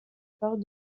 part